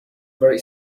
very